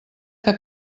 que